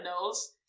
knows